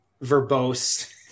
verbose